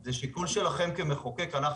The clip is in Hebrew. זה שיקול שלכם כמחוקק.